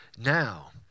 now